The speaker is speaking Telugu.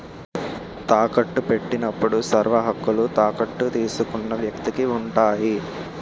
తాకట్టు పెట్టినప్పుడు సర్వహక్కులు తాకట్టు తీసుకున్న వ్యక్తికి ఉంటాయి